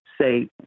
say